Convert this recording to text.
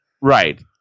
Right